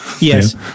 Yes